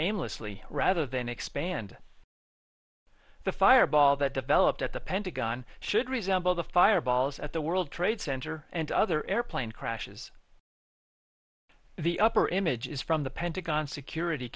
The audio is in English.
aimlessly rather than expand the fireball that developed at the pentagon should resemble the fireballs at the world trade center and other airplane crashes the upper images from the pentagon security